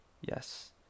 Yes